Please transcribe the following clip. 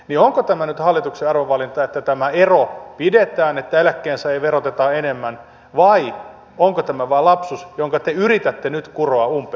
onko tämä nyt hallituksen arvovalinta että tämä ero pidetään että eläkkeensaajia verotetaan enemmän vai onko tämä vain lapsus jonka te yritätte nyt kuroa umpeen